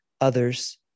others